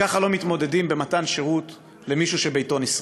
ככה לא מתמודדים במתן שירות למישהו שביתו נשרף.